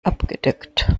abgedeckt